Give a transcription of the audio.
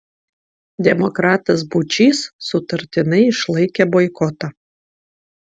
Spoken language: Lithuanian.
demokratas būčys sutartinai išlaikė boikotą